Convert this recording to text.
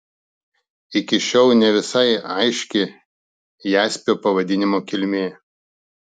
iki šiol ne visai aiški jaspio pavadinimo kilmė